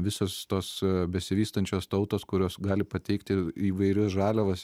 visos tos besivystančios tautos kurios gali pateikti įvairias žaliavas